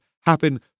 happen